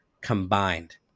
combined